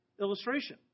illustration